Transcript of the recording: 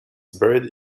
buried